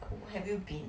have you been